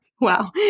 Wow